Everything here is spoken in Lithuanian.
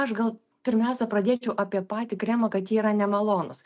aš gal pirmiausia pradėčiau apie patį kremą kad jie yra nemalonūs